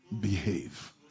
behave